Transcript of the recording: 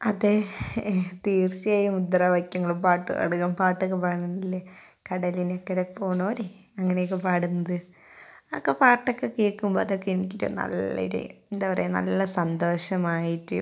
അതേ തീർച്ചയായും മുദ്രാവാക്യങ്ങളും പാട്ട് പാടുകയും പാട്ട് പാടണം എന്നില്ലേ കടലിനക്കരെ പോണോരേ അങ്ങനെ ഒക്കെ പാടുന്നത് ഒക്കെ പാട്ട് ഒക്കെ കേൾക്കുമ്പം അതൊക്കെ എനിക്കിട്ട് നല്ല ഒരു എന്താ പറയാ നല്ല സന്തോഷമായിട്ട്